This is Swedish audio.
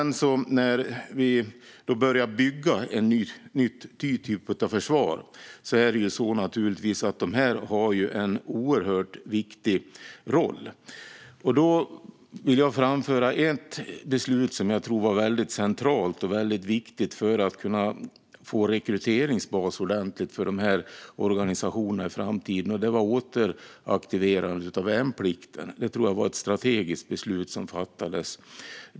När vi började bygga en ny typ av försvar hade de naturligtvis en oerhört viktig roll. Jag vill framhålla ett beslut som jag tror var centralt och viktigt för att organisationerna ska kunna få en ordentlig rekryteringsbas i framtiden: återaktiverandet av värnplikten. Jag tror att det var ett strategiskt bra beslut som fattades.